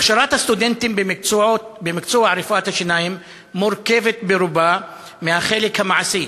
הכשרת הסטודנטים במקצוע רפואת השיניים מורכבת ברובה מהחלק המעשי,